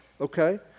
okay